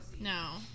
No